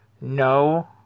No